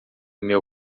meu